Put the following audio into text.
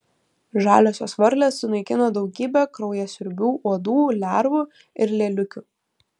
žaliosios varlės sunaikina daugybę kraujasiurbių uodų lervų ir lėliukių